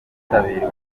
kitabiriwe